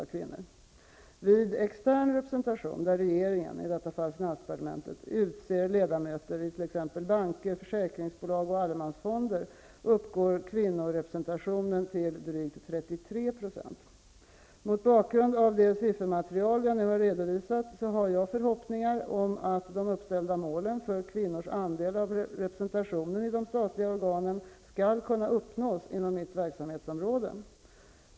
Vid extern representation där regeringen, i detta fall finansdepartementet, utser ledamöter i t.ex. Mot bakgrund av det siffermaterial jag nu har redovisat har jag förhoppningar om att de uppställda målen för kvinnors andel av representationen i de statliga organen skall kunna uppnås inom mitt verksamhetsområde.